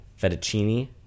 fettuccine